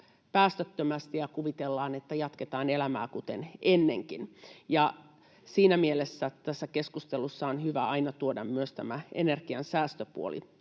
päästöttömästi ja kuvitellaan, että jatketaan elämää, kuten ennenkin. Siinä mielessä tässä keskustelussa on hyvä aina tuoda myös tämä energian säästöpuoli